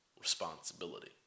responsibility